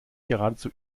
geradezu